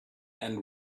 and